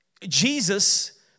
Jesus